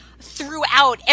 throughout